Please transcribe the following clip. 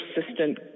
persistent